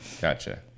gotcha